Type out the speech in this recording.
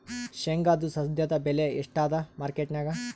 ಶೇಂಗಾದು ಸದ್ಯದಬೆಲೆ ಎಷ್ಟಾದಾ ಮಾರಕೆಟನ್ಯಾಗ?